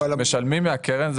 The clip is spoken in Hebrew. משלמים מהקרן.